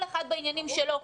כל אחד בעניינים שלו.